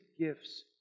gifts